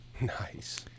Nice